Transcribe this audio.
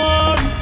one